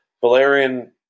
Valerian